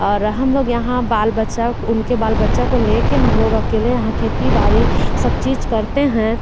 और हम लोग यहाँ बाल बच्चा को उनके बाल बच्चा को लेके हम लोग अकेले यहाँ खेती बारी सब चीज करते हैं